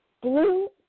Blue